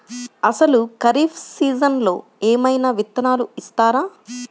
అసలు ఖరీఫ్ సీజన్లో ఏమయినా విత్తనాలు ఇస్తారా?